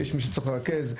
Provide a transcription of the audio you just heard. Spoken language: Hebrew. שיש מי שצריך לרכז,